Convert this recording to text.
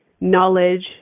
knowledge